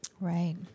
Right